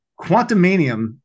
Quantumanium